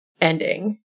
ending